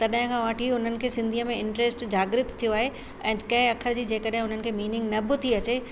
तॾहिं खां वठी उन्हनि खे सिंधीअ में इंट्रस्ट जागृत थियो आहे ऐं कंहिं अखर जी जेकॾहिं उन्हनि खे मीनिंग न बि थी अचे